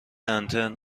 انترن